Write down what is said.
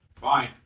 Fine